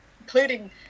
including